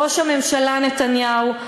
ראש הממשלה נתניהו,